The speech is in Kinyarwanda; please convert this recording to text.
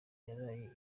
yaraye